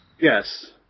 Yes